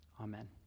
Amen